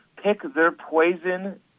pick-their-poison